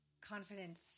Confidence